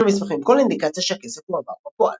אין במסמכים כל אינדיקציה שהכסף הועבר בפועל.